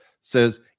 says